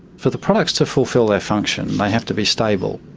for the products to fulfil their function they have to be stable,